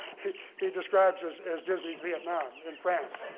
he he describes as as disney's vietnam in france.